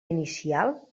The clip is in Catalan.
inicial